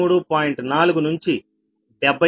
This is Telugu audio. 4 నుంచి 78